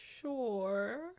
sure